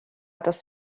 das